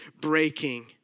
breaking